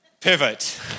pivot